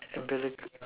umbilic~